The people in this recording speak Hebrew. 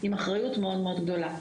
עם אחריות מאוד מאוד גדולה.